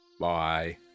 bye